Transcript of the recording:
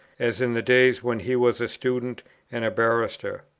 as in the days when he was a student and a barrister.